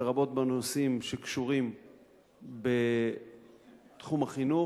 לרבות בנושאים שקשורים בתחום החינוך.